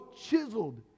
chiseled